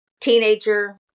Teenager